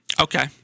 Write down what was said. Okay